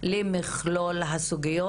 למכלול הסוגיות.